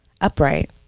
upright